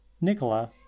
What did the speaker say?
Nicola